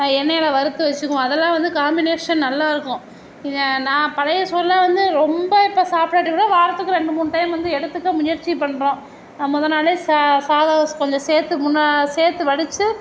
எண்ணையில் வறுத்து வெச்சுக்குவோம் அதுலாம் வந்து காம்பினேஷன் நல்லாயிருக்கும் நான் பழைய சோறுலாம் வந்து ரொம்ப இப்போ சாப்டாட்டிக்கூட வாரத்துக்கு ரெண்டு மூணு டைம் வந்து எடுத்துக்க முயற்சி பண்ணுறோம் மொதல் நாள் சாதம் கொஞ்சம் சேர்த்து முன்னா சேர்த்து வடிச்சு